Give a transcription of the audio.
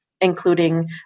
including